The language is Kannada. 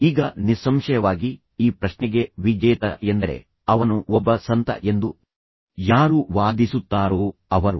ಈಗ ನಿಸ್ಸಂಶಯವಾಗಿ ಈ ಪ್ರಶ್ನೆಗೆ ವಿಜೇತ ಎಂದರೆ ಅವನು ಒಬ್ಬ ಸಂತ ಎಂದು ಯಾರು ವಾದಿಸುತ್ತಾರೋ ಅವರು